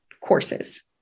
courses